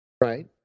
Right